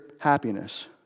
happiness